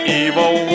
evil